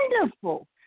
wonderful